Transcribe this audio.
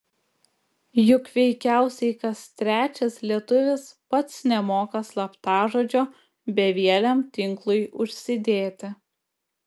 juk veikiausiai kas trečias lietuvis pats nemoka slaptažodžio bevieliam tinklui užsidėti